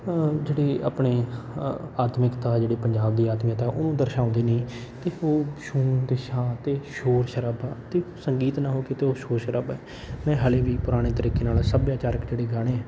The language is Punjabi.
ਜਿਹੜੇ ਆਪਣੇ ਆਤਮਿਕਤਾ ਜਿਹੜੇ ਪੰਜਾਬ ਦੀ ਆਤਮਿਕ ਆ ਉਹਨੂੰ ਦਰਸਾਉਂਦੇ ਨੇ ਅਤੇ ਉਹ ਸ਼ੂ ਅਤੇ ਸ਼ਾਂ ਅਤੇ ਸ਼ੋਰ ਸ਼ਰਾਬਾ ਅਤੇ ਸੰਗੀਤ ਨਾ ਹੋ ਕੇ ਅਤੇ ਉਹ ਸ਼ੌਰ ਸ਼ਰਾਬਾ ਹੈ ਮੈਂ ਹਾਲੇ ਵੀ ਪੁਰਾਣੇ ਤਰੀਕੇ ਨਾਲ ਸੱਭਿਆਚਾਰਕ ਜਿਹੜੇ ਗਾਣੇ ਆ